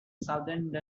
southend